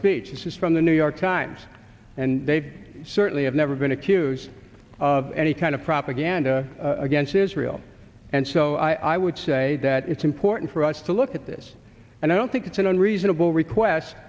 speech this is from the new york times and they certainly have never been accused of any kind of propaganda against israel and so i would say that it's important for us to look at this and i don't think it's an unreasonable request